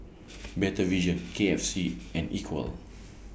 Better Vision K F C and Equal